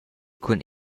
cun